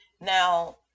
Now